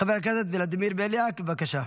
חבר הכנסת ולדימיר בליאק, בבקשה.